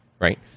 Right